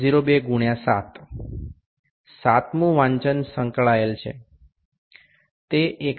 02 ગુણ્યા 7 7મુ વાંચન સંકળાયેલ છે તે 41